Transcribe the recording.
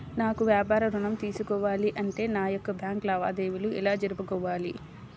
నాకు వ్యాపారం ఋణం తీసుకోవాలి అంటే నా యొక్క బ్యాంకు లావాదేవీలు ఎలా జరుపుకోవాలి?